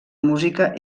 música